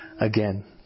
again